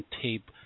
tape